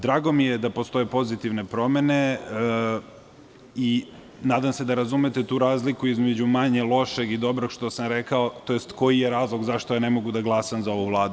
Drago mi je da postoje pozitivne promene i nadam se da razumete tu razliku između manje lošeg i dobrog što sam rekao, tj. koji je razlog zašto ne mogu da glasam za ovu Vladu.